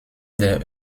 der